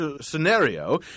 scenario